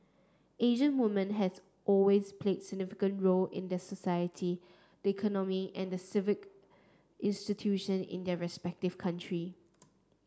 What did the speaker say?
Asian woman has always plays a significant role in this society the economy and civic institution in their respective country